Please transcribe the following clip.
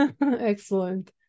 Excellent